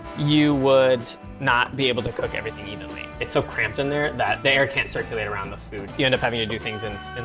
you would not be able to cook everything evenly. it's so cramped in there that the air can't circulate around the food. you end up having to do things in,